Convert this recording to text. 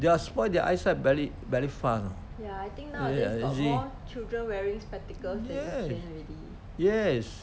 they're spoil their eyesight very very fast ah yeah you see yes yes